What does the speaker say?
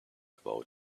about